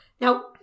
now